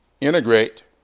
integrate